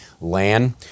land